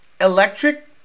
electric